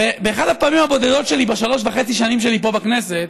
באחת הפעמים הבודדות שלי בשלוש וחצי השנים שלי פה בכנסת,